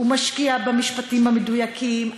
הוא משקיע במשפטים המדויקים.